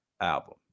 album